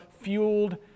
fueled